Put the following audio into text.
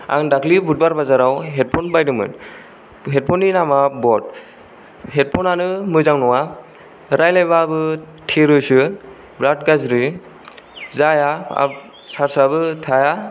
आं दाखोलि बुधबार बाजाराव हेडफन बायदोंमोन हेडफन नि नामा ब'ट हेडफनानो मोजां नङा रायलायबाबो थेरोसो बिराद गाज्रि जाया सार्जाबो थाया